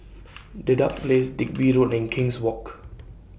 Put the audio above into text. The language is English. Dedap Place Digby Road and King's Walk